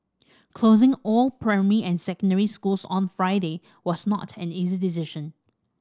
closing all primary and secondary schools on Friday was not an easy decision